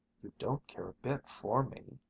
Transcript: you don't care a bit for me.